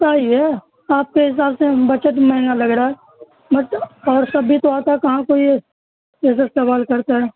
سہی ہے آپ کے حساب سے بچت مہنگا لگ رہا ہے بس اور سب بھی تو آتا کہاں کو یہ استعمال کرتا ہے